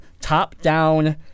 top-down